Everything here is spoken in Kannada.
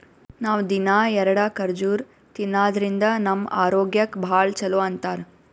ನಾವ್ ದಿನ್ನಾ ಎರಡ ಖರ್ಜುರ್ ತಿನ್ನಾದ್ರಿನ್ದ ನಮ್ ಆರೋಗ್ಯಕ್ ಭಾಳ್ ಛಲೋ ಅಂತಾರ್